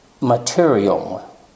material